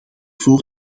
voor